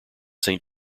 saint